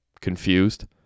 confused